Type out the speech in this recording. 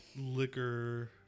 liquor